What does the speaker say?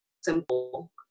simple